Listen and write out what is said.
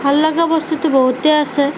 ভাল লগা বস্তুটো বহুতেই আছে